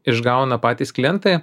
išgauna patys klientai